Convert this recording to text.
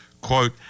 quote